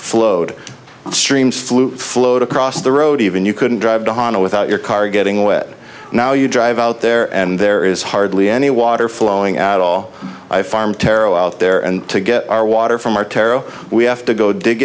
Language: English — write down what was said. flowed streams flew flowed across the road even you couldn't drive donna without your car getting wet now you drive out there and there is hardly any water flowing at all i farm taro out there and to get our water from our taro we have to go dig